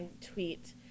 tweet